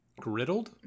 Griddled